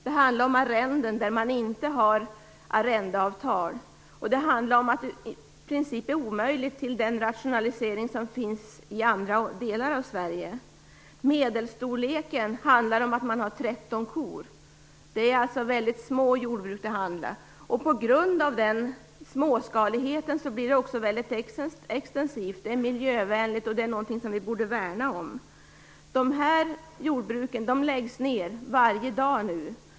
Det handlar om arrenden utan arrendeavtal, och det handlar om att den rationalisering som finns i andra delar av Sverige i princip är omöjlig här. Medelantalet kor är 13 st. Det är alltså väldigt små jordbruk det handlar om. På grund av denna småskalighet är jordbruket också väldigt extensivt och miljövänligt - någonting vi borde värna om i Sverige. Dessa jordbruk läggs nu ned varje dag.